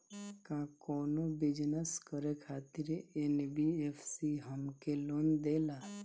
का कौनो बिजनस करे खातिर एन.बी.एफ.सी हमके लोन देला?